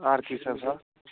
आर की सभ